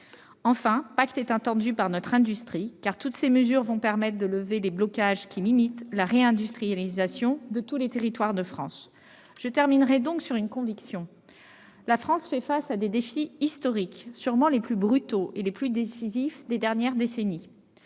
Enfin, Pacte est attendu par notre industrie, car toutes ces mesures vont permettre de lever les blocages qui limitent la réindustrialisation de tous les territoires de France. Mesdames, messieurs les sénateurs, j'en ai la conviction : la France fait face à des défis historiques, sûrement les plus brutaux et les plus décisifs des dernières décennies.